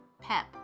pep